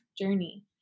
journey